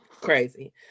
Crazy